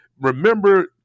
Remember